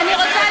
אני רוצה לסכם.